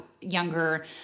younger